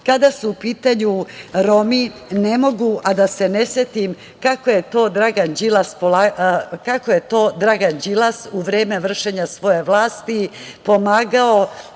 su u pitanju Romi, ne mogu a da se ne setim kako je to Dragan Đilas u vreme vršenja svoje vlasti pomagao